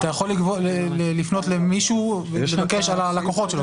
אתה יכול לפנות למישהו ולבקש על הלקוחות שלו.